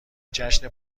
جشن